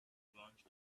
strange